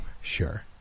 sure